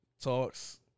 Talks